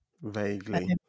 vaguely